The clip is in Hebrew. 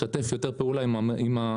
לשתף יותר פעולה עם המועצה,